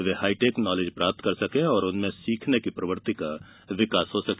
वे high tech knowledge प्राप्त कर सकें और उनमें े सीखने की प्रवृति का विकास हो सके